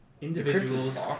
individuals